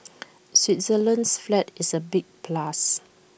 Switzerland's flag is A big plus